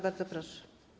Bardzo proszę.